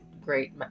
great